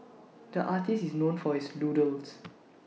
the artist is known for his doodles